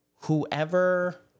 whoever